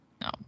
No